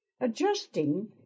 Adjusting